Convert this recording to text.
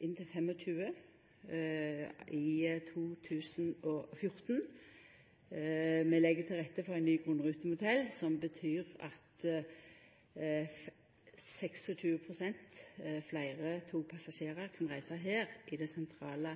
inntil 25 i 2014. Vi legg til rette for ein ny grunnrutemodell som betyr at 26 pst. fleire togpassasjerar kan reise her i det sentrale